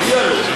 מגיע לו.